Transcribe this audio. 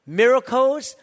miracles